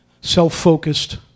self-focused